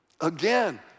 Again